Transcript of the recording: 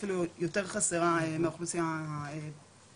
אפילו יותר חסרה מהאוכלוסייה הבוגרת.